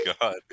god